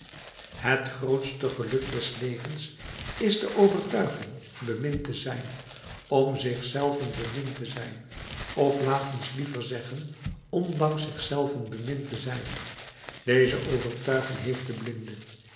het hoogste geluk des levens is de overtuiging bemind te zijn om zich zelven bemind te zijn of laat ons liever zeggen ondanks zich zelven bemind te zijn deze overtuiging heeft de blinde